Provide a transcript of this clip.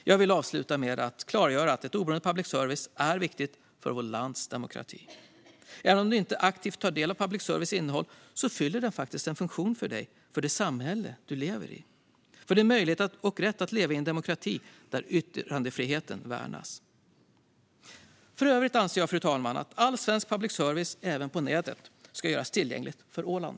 Jag vill avsluta med att klargöra att en oberoende public service är viktig för vårt lands demokrati. Även om du inte aktivt tar del av public services innehåll fyller den faktiskt en funktion för dig och för det samhälle du lever i, för din möjlighet och rätt att leva i en demokrati där yttrandefriheten värnas. För övrigt anser jag, fru talman, att all svensk public service, även på nätet, ska göras tillgänglig för Åland.